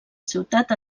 ciutat